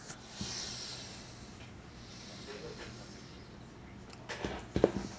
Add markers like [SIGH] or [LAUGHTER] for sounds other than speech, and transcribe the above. [BREATH]